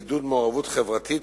לעידוד מעורבות חברתית,